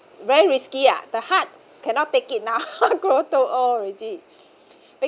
very risky ah the heart cannot take it now grow too old already